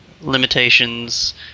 limitations